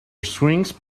screams